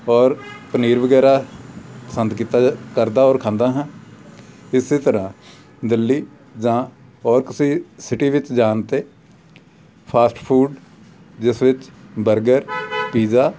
ਔਰ ਪਨੀਰ ਵਗੈਰਾ ਪਸੰਦ ਕੀਤਾ ਜਾ ਕਰਦਾ ਔਰ ਖਾਂਦਾ ਹਾਂ ਇਸ ਤਰ੍ਹਾਂ ਦਿੱਲੀ ਜਾਂ ਹੋਰ ਕਿਸੇ ਸਿਟੀ ਵਿੱਚ ਜਾਣ 'ਤੇ ਫਾਸਟ ਫੂਡ ਜਿਸ ਵਿੱਚ ਬਰਗਰ ਪੀਜ਼ਾ